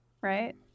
Right